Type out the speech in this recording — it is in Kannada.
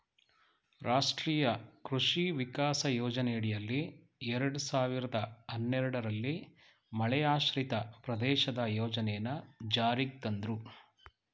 ರಾಷ್ಟ್ರೀಯ ಕೃಷಿ ವಿಕಾಸ ಯೋಜನೆಯಡಿಯಲ್ಲಿ ಎರಡ್ ಸಾವಿರ್ದ ಹನ್ನೆರಡಲ್ಲಿ ಮಳೆಯಾಶ್ರಿತ ಪ್ರದೇಶದ ಯೋಜನೆನ ಜಾರಿಗ್ ತಂದ್ರು